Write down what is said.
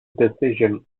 decision